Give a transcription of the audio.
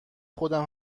خودم